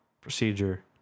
procedure